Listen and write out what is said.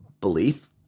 belief